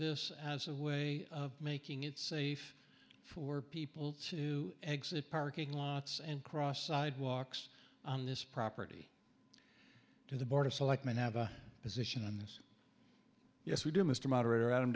this as a way of making it safe for people to exit parking lots and cross sidewalks on this property to the board of selectmen have a position on this yes we do mr moderator